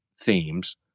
themes